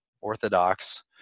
orthodox